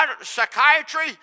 psychiatry